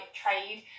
trade